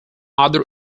other